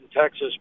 Texas